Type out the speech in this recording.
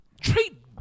Treat